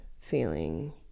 feeling